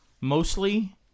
mostly